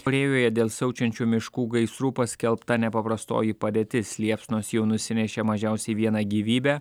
korėjoje dėl siaučiančių miškų gaisrų paskelbta nepaprastoji padėtis liepsnos jau nusinešė mažiausiai vieną gyvybę